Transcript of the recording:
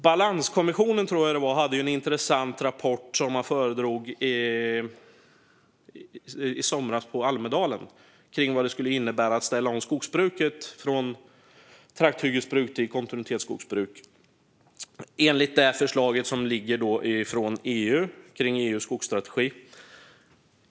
Balanskommissionen, tror jag, hade en intressant rapport som föredrogs i somras i Almedalen om vad det skulle innebära att ställa om skogsbruket från trakthyggesbruk till kontinuitetsskogsbruk enligt det förslag som ligger på bordet från EU i samband med EU:s skogsstrategi.